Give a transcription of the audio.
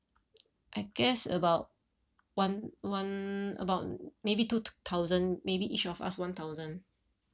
I guess about one one about maybe two t~ thousand maybe each of us one thousand